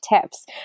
tips